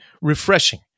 refreshing